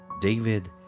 David